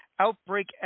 Outbreak